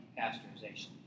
pasteurization